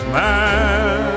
man